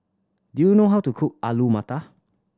do you know how to cook Alu Matar